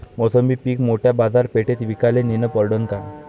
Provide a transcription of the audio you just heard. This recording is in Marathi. मोसंबी पीक मोठ्या बाजारपेठेत विकाले नेनं परवडन का?